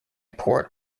port